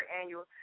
Annual